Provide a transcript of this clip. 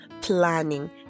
planning